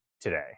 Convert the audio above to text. today